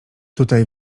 tutaj